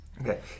Okay